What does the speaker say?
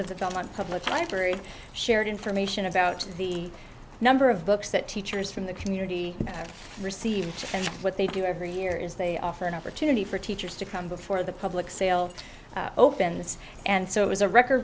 of the don public library shared information about the number of books that teachers from the community received and what they do every year is they offer an opportunity for teachers to come before the public sale opens and so it was a record